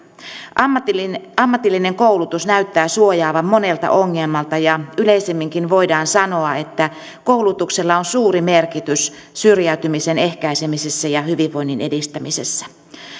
ammatillinen ammatillinen koulutus näyttää suojaavan monelta ongelmalta ja yleisemminkin voidaan sanoa että koulutuksella on suuri merkitys syrjäytymisen ehkäisemisessä ja hyvinvoinnin edistämisessä